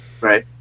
right